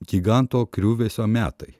giganto griuvesio metai